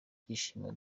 ibyishimo